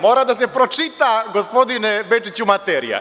Mora da se pročita, gospodine Bečiću, materija.